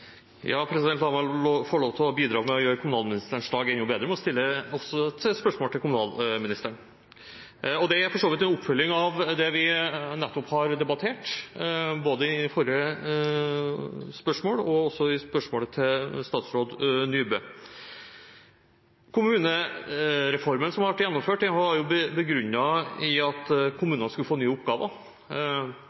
La meg få lov å bidra til å gjøre kommunalministerens dag enda bedre med også å stille et spørsmål til henne, og det er for så vidt en oppfølging av det vi nettopp har debattert, både i forrige spørsmål og også i spørsmålet til statsråd Nybø. Kommunereformen som har vært gjennomført, har vært begrunnet i at kommunene skulle få nye oppgaver.